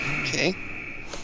okay